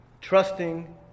trusting